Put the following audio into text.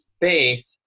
faith